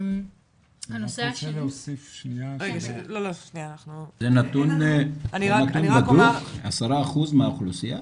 זה נתון בדוק עשרה אחוז מהאוכלוסייה?